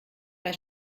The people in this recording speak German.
bei